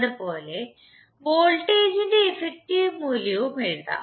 അതുപോലെ വോൾട്ടേജിന്റെ എഫക്റ്റീവ് മൂല്യവും എഴുതാം